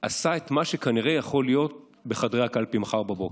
עשה את מה שכנראה יכול להיות בחדרי הקלפי מחר בבוקר.